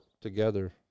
together